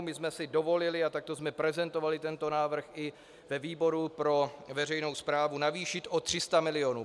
My jsme si dovolili, a takto jsme prezentovali tento návrh i ve výboru pro veřejnou správu, navýšit o 300 milionů.